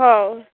ହଁ